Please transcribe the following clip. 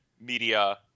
media